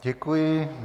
Děkuji.